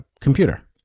computer